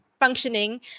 functioning